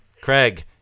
Craig